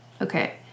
Okay